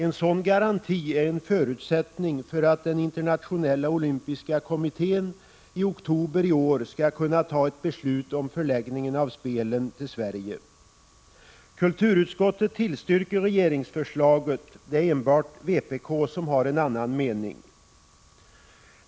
En sådan garanti är en förutsättning för att den internationella olympiska kommittén i oktober i år skall kunna fatta beslut Kulturutskottet tillstyrker regeringsförslaget. Det är enbart vpk som har en annan mening.